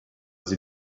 sie